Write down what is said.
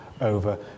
over